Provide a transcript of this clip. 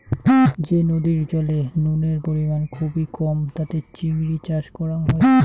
যে নদীর জলে নুনের পরিমাণ খুবই কম তাতে চিংড়ি চাষ করাং হই